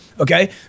Okay